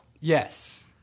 Yes